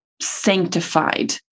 sanctified